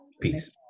Peace